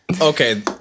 Okay